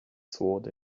sword